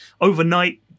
overnight